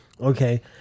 okay